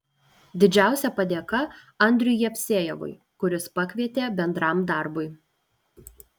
didžiausia padėka andriui jevsejevui kuris pakvietė bendram darbui